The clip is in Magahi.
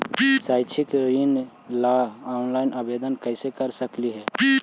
शैक्षिक ऋण ला ऑनलाइन आवेदन कैसे कर सकली हे?